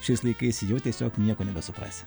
šiais laikais tiesiog nieko nebesuprasi